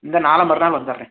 இந்த நாளை மறுநாள் வந்துடுறேன்